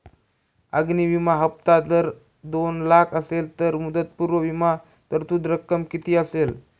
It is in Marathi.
अग्नि विमा हफ्ता जर दोन लाख असेल तर मुदतपूर्व विमा तरतूद रक्कम किती असेल?